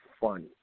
funny